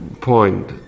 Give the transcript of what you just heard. point